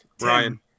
ryan